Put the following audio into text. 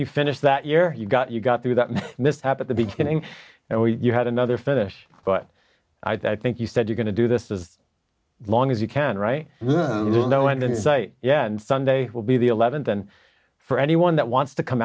you finished that year you got you got through that mishap at the beginning and where you had another finish but i think you said you're going to do this as long as you can right with no end in sight yet and sunday will be the eleventh and for anyone that wants to come